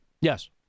Yes